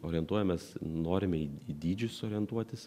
orientuojamės norime į dydžius orientuotis